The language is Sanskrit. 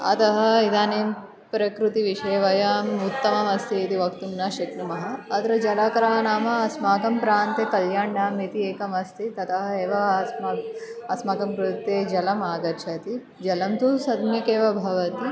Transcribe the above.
अतः इदानीं प्रकृतिविषये वयम् उत्तममस्ति इति वक्तुं न शक्नुमः अत्र जलाकरः नाम अस्माकं प्रान्ते कल्याण् डेम् इति एकमस्ति ततः एव अस्म अस्माकं कृते जलम् आगच्छति जलं तु सम्यकेव भवति